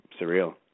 surreal